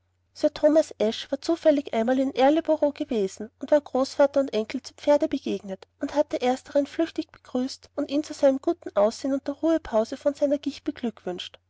thomas asshe war zufällig einmal in erleboro gewesen und war großvater und enkel zu pferde begegnet und hatte ersteren flüchtig begrüßt und ihn zu seinem guten aussehen und der ruhepause in seiner gicht beglückwünscht